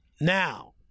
now